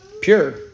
Pure